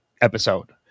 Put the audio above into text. episode